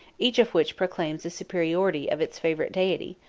each of which proclaims the superiority of its favorite deity,